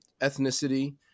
ethnicity